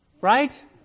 Right